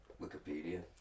Wikipedia